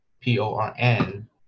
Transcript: p-o-r-n